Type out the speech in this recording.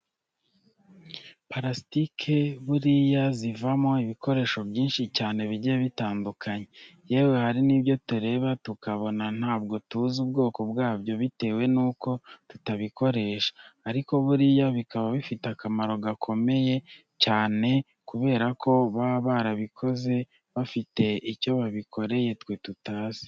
Parasitike buriya zivamo ibikoresho byinshi cyane bigiye bitadukanye, yewe hari n'ibyo tureba tukabona ntabwo tuzi ubwoko bwabyo bitewe nuko tutabikoresha, ariko buriya bikaba bifite akamaro gakomeye cyane kubera ko baba barabikoze bafite icyo babikoreye twe tutazi.